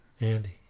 Andy